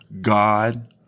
God